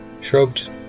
shrugged